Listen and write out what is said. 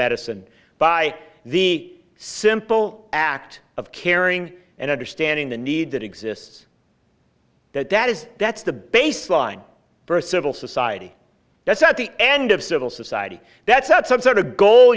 medicine by the simple act of caring and understanding the need that exists that that is that's the baseline for a civil society that's at the end of civil society that's not some sort of goal